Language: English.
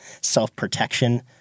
self-protection